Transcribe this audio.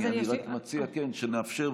אני רק מציע שנאפשר,